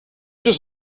just